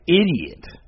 idiot